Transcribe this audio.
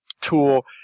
tool